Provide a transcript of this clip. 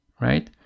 Right